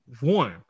One